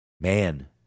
man